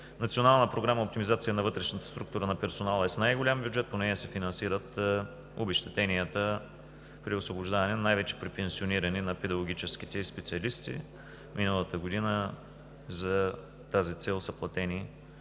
Национална програма „Оптимизация на вътрешната структура на персонала“ е с най-голям бюджет. По нея се финансират обезщетенията при освобождаване, най-вече при пенсиониране на педагогическите специалисти. Миналата година за тази цел са платени